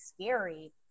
scary